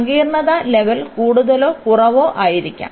സങ്കീർണ്ണത ലെവൽ കൂടുതലോ കുറവോ ആയിരിക്കും